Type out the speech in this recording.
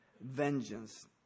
vengeance